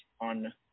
on